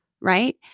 right